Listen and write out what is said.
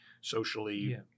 socially